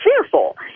fearful